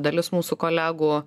dalis mūsų kolegų